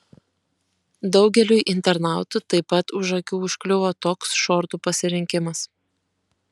daugeliui internautų taip pat už akių užkliuvo toks šortų pasirinkimas